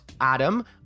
Adam